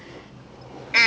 ya he is very versatile